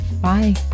Bye